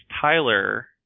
Tyler